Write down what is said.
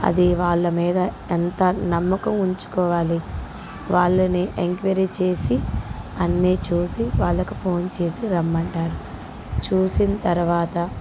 అది వాళ్ళ మీద ఎంత నమ్మకం ఉంచుకోవాలి వాళ్ళని ఎంక్వయిరీ చేసి అన్నీ చూసి వాళ్ళకు ఫోన్ చేసి రమ్మంటారు చూసిన తర్వాత